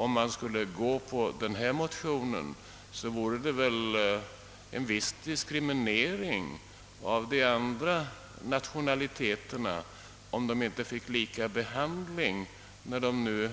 Om man skulle gå på denna motion, bleve det en viss diskriminering av de andra nationaliteterna, därest dessa inte finge lika behandling, eftersom de,